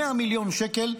100 מיליון שקל.